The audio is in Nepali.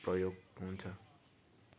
प्रयोग हुन्छ